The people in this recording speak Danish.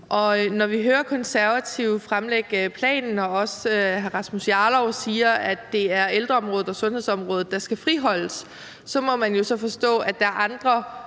når vi hører Konservative fremlægge planen og også hører hr. Rasmus Jarlov sige, at det er ældreområdet og sundhedsområdet, der skal friholdes, så må man jo forstå, at der er andre